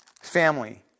family